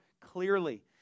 Clearly